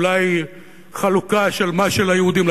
אולי חלוקה של מה שליהודים,